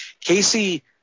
Casey